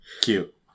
Cute